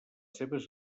seves